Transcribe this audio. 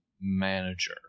manager